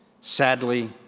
Sadly